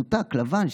לבן,